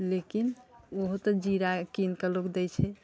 लेकिन उहो तऽ जीरा किनके लोक दै छै